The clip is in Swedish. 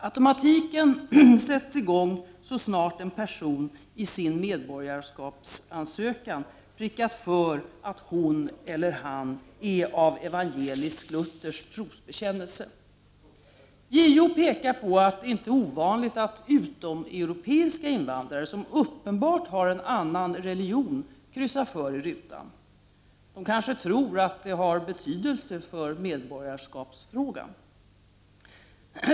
Automatiken sätts i gång så snart en person i sin medborgarskapsansökan prickat för att han eller hon är av evangeliskluthersk trosbekännelse. JO pekar på att det inte är ovanligt att utomeuropeiska invandrare som Prot. 1989/90:40 uppenbart har en annan religion kryssar för i rutan. De kanske tror att det 6 december 1990 har betydelse för medborgarskapsfrågan.